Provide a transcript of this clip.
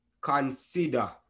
consider